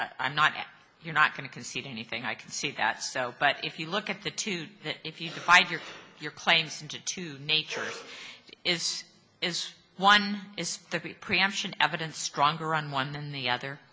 i'm not you're not going to concede anything i can see that so but if you look at the two if you can find your your claims into two nature is is one is the preemption evidence stronger on one and the other